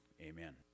amen